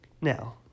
Now